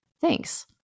Thanks